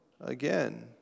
again